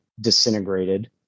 disintegrated